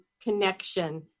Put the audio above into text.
connection